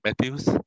Matthew's